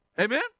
Amen